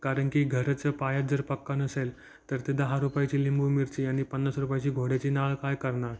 कारण की घराचा पायाच जर पक्का नसेल तर ते दहा रुयायचे लिंबूमिरची आणि पन्नास रुपायची घोड्याची नाळ काय करणार